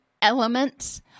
elements